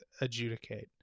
adjudicate